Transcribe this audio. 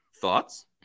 Thoughts